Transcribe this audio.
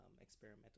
experimental